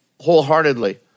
wholeheartedly